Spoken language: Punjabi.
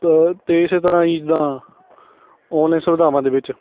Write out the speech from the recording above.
ਪ ਅਤੇ ਇਸ ਤਰ੍ਹਾਂ ਹੀ ਜਿੱਦਾਂ ਔਨਲਾਈਨ ਸੁਵਿਧਾਵਾਂ ਦੇ ਵਿੱਚ